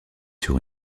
sur